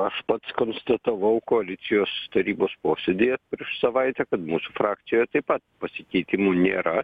aš pats konstatavau koalicijos tarybos posėdyje prieš savaitę kad mūsų frakcijoje taip pat pasikeitimų nėra